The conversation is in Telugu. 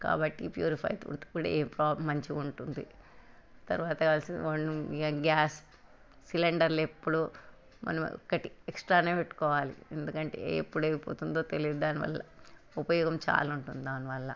కాబట్టి ప్యూరిఫైతో కూడా ఏ ప్రాబ్లెమ్ మంచిగా ఉంటుంది తర్వాత గ్యాస్ సిలిండర్లు ఎప్పుడు మనం ఒకటి ఎక్స్ట్రానే పెట్టుకోవాలి ఎందుకంటే ఎప్పుడయిపోతుందో తెలిదు దానివల్ల ఉపయోగం చాలా ఉంటుంది దానివల్ల